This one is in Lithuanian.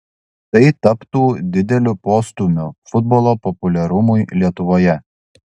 tai taptų dideliu postūmiu futbolo populiarumui lietuvoje